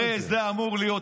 הרי זה אמור להיות,